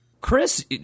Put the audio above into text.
Chris